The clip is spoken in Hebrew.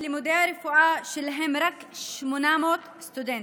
לימודי הרפואה שלהם רק כ-800 סטודנטים.